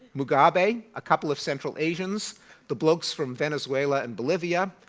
mugabe, a couple of central asians the blokes from venezuela and bolivia,